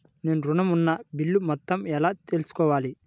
నేను ఋణం ఉన్న బిల్లు మొత్తం ఎలా తెలుసుకోవాలి?